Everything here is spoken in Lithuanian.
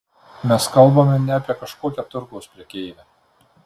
mes kalbame ne apie kažkokią turgaus prekeivę